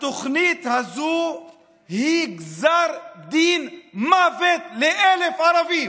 התוכנית הזו היא גזר דין מוות ל-1,000 ערבים.